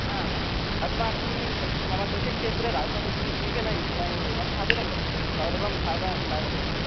अस्माकं क् मम कृषिक्षेत्रे रासायनिकं किमपि नैव नैव् न स्थापितं वर्तते सर्वं साव सावयवं वर्तते